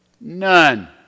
None